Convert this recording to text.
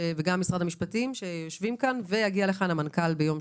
וגם משרד המשפטים שיושב כאן - ביום שני הבא יגיע לכאן המנכ"ל.